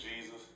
Jesus